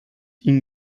ihnen